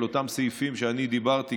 על אותם סעיפים שאני דיברתי,